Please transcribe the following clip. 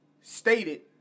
stated